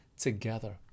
together